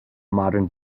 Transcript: modern